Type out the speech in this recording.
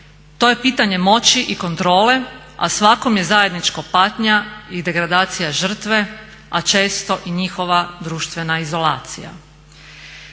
To je pitanje moći i kontrole, a svakom je zajedničko patnja i degradacija žrtve, a često i njihova društvena izolacija.